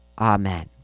Amen